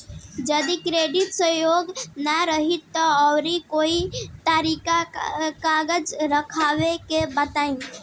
जदि credit score ना रही त आऊर कोई तरीका कर्जा लेवे के बताव?